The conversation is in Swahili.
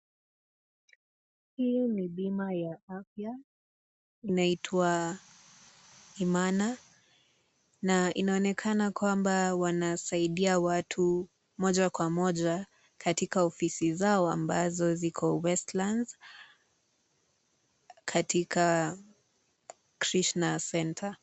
Hii ni bima ya afya inaitwa 'Imana' na inaonekana kwamba inasaidia watu moja kwa moja katika ofisi zao ambazo ziko Westlands katika Krishna Center.